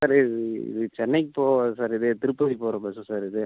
sir இது இது சென்னைக்கு போகாது சார் இது திருப்பதிக்கு போகிற பஸ்ஸு சார் இது